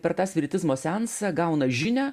per tą spiritizmo seansą gauna žinią